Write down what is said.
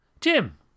jim